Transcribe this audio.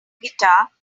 guitar